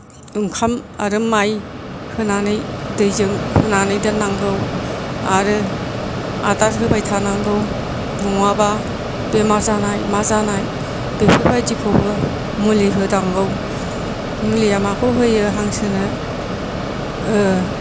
ओंखाम आरो माइ होनानै दैजों होनानै दोन्नांगौ आरो आदार होबाय थानांगौ नङाबा बेमार जानाय मा जानाय बेफोरबादिखौबो मुलि होनांगौ मुलिया माखौ होयो हांसोनो